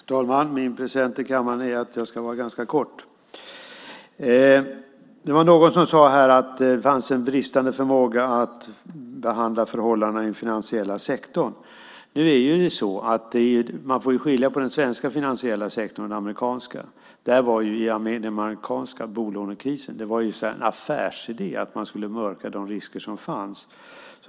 Herr talman! Min present till kammaren är att jag ska vara ganska kortfattad. Det var någon här som sade att det fanns en bristande förmåga att hantera förhållandena i den finansiella sektorn. Man får dock skilja på den svenska finansiella sektorn och den amerikanska. Den amerikanska bolånekrisen byggde på att det var en affärsidé att mörka de risker som fanns.